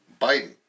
Biden